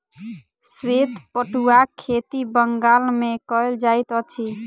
श्वेत पटुआक खेती बंगाल मे कयल जाइत अछि